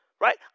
right